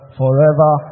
forever